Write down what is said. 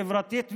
חברתית,